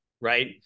right